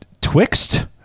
twixt